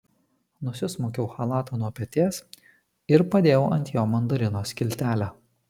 nusismaukiau chalatą nuo peties ir padėjau ant jo mandarino skiltelę